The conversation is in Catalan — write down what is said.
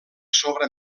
sobre